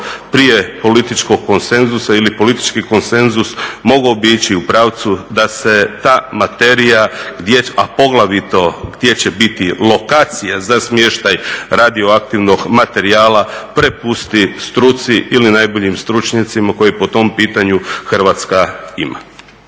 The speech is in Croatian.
prije političkog konsenzusa ili politički konsenzus mogao bi ići u pravcu da se ta materija, a poglavito gdje će biti lokacija za smještaj radioaktivnog materijala prepusti struci ili najboljim stručnjacima koje po tom pitanju Hrvatska ima.